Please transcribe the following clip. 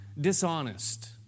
dishonest